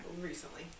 Recently